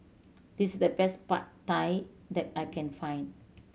this is the best Pad Thai that I can find